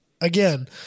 again